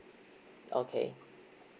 okay